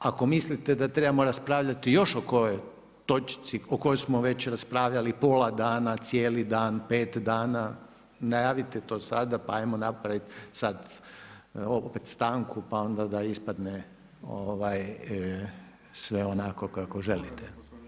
I ako mislite da trebamo raspravljati još o kojoj točci, o kojoj smo već raspravljali pola dana, cijeli dan, 5 dana, najavite to sada pa ajmo napraviti sad, opet stanku pa onda da ispadne ovaj, sve onako kako želite.